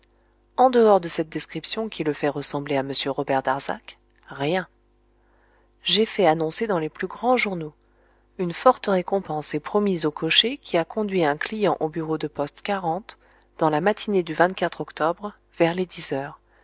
en dehors de cette description qui le fait ressembler à m robert darzac rien j'ai fait annoncer dans les plus grands journaux une forte récompense est promise au cocher qui a conduit un client au bureau de poste dans la matinée du octobre vers les dix heures